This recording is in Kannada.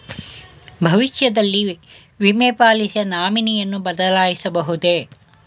ಭವಿಷ್ಯದಲ್ಲಿ ವಿಮೆ ಪಾಲಿಸಿಯ ನಾಮಿನಿಯನ್ನು ಬದಲಾಯಿಸಬಹುದೇ?